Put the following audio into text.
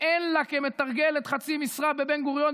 שאין לה כמתרגלת בחצי משרה בבן-גוריון,